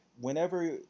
Whenever